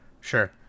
Sure